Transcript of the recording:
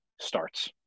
starts